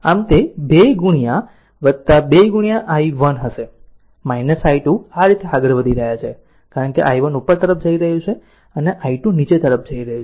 આમ તે 2 2 i1 હશે i2 આ રીતે આગળ વધી રહ્યા છે કારણ કે i1 ઉપર તરફ જઈ રહ્યું છે અને i2 નીચે તરફ જઈ રહ્યું છે